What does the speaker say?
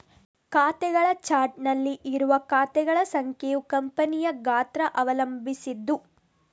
ಖಾತೆಗಳ ಚಾರ್ಟ್ ಅಲ್ಲಿ ಇರುವ ಖಾತೆಗಳ ಸಂಖ್ಯೆಯು ಕಂಪನಿಯ ಗಾತ್ರ ಅವಲಂಬಿಸಿದ್ದು